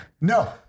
No